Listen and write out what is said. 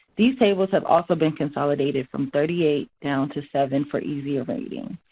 these tables have also been consolidated from thirty eight down to seven for easier reading.